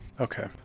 okay